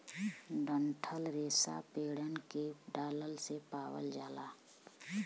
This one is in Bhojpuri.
डंठल रेसा पेड़न के डालन से पावल जाला